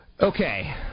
Okay